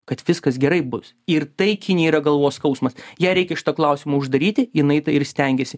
kad viskas gerai bus ir tai kinijai yra galvos skausmas jai reikia šitą klausimą uždaryti jinai tą ir stengiasi